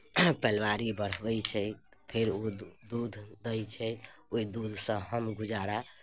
परिवारी बढ़बैत छै फेर ओ दूध दैत छै ओहि दूधसँ हम गुजारा